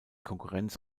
konkurrenz